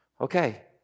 Okay